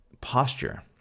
posture